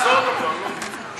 תחזור עוד פעם, נו.